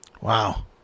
Wow